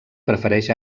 prefereix